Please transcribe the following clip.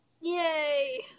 Yay